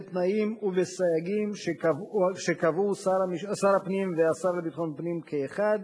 בתנאים ובסייגים שקבעו שר הפנים והשר לביטחון פנים כאחד,